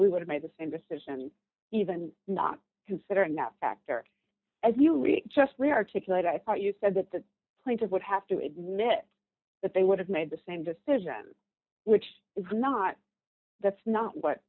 he would have made the same decision even not considering that factor as you read justly articulate i thought you said that the plaintiff would have to admit that they would have made the same decision which is not that's not what